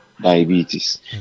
diabetes